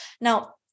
Now